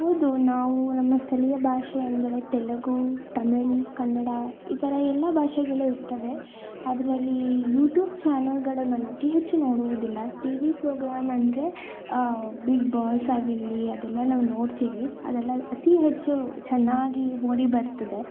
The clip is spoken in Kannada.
ಹೌದು ನಾವು ನಮ್ಮ ಸ್ಥಳೀಯ ಭಾಷೆ ಅಂದರೆ ತೆಲುಗು ತಮಿಳು ಕನ್ನಡ ಈ ಥರ ಎಲ್ಲ ಭಾಷೆಗಳು ಇರ್ತವೆ ಅದರಲ್ಲೀ ಯೂಟ್ಯೂಬ್ ಚಾನಲ್ಲುಗಳು ನಾನು ಅತಿ ಹೆಚ್ಚು ನೋಡುವುದಿಲ್ಲ ಟಿವಿ ಪ್ರೋಗ್ರಾಮ್ ಅಂದರೆ ಬಿಗ್ ಬಾಸ್ ಆಗಿರಲಿ ಅದೆಲ್ಲ ನಾವು ನೋಡ್ತೀವಿ ಅದೆಲ್ಲ ಅತಿ ಹೆಚ್ಚು ಚೆನ್ನಾಗಿ ಮೂಡಿ ಬರ್ತಿದೆ